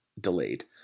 Delayed